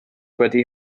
wedi